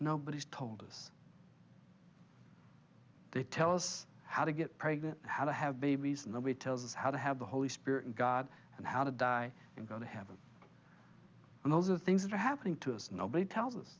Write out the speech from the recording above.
nobody's told us they tell us how to get pregnant how to have babies nobody tells us how to have the holy spirit and god and how to die and go to heaven and those are things that are happening to us nobody tells us